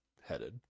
headed